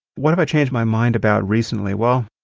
what have i changed my mind about recently? well,